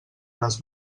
les